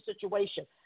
situation